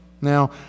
Now